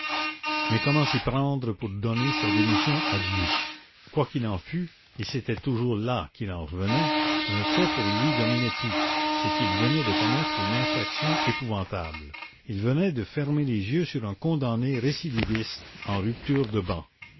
mais comment s'y prendre pour donner sa démission à dieu quoi qu'il en fût et c'était toujours là qu'il en revenait un fait pour lui dominait tout c'est qu'il venait de commettre une infraction épouvantable il venait de fermer les yeux sur un condamné récidiviste en rupture de ban